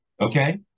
okay